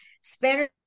spanish